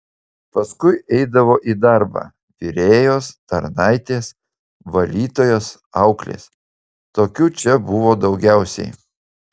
paskui eidavo į darbą virėjos tarnaitės valytojos auklės tokių čia buvo daugiausiai